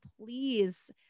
please